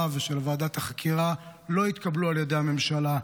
ושל ועדת החקירה לא התקבלו על ידי הממשלה.